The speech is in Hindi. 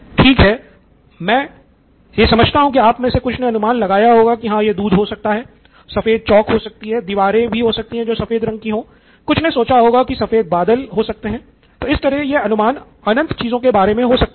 ठीक है आप में से कुछ ने अनुमान लगाया होगा कि हाँ दूध हो सकता है सफ़ेद चाक हो सकती है दीवारें भी सफ़ेद रंग की हों सकती हैं कुछ ने सोचा होगा सफ़ेद बादलों के बारे मे तो इस तरह यह अनुमान अनंत चीजों के बारे मे हो सकता है